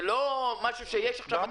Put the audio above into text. זה לא דבר שיש עכשיו בתקציב.